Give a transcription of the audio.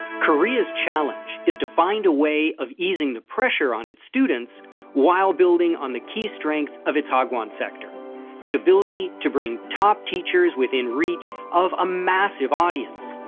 korea's challenge is to find a way of easing the pressure on its students while building on the key strength of its hagwon sector the ability to bring top teachers within reach of a massive audience.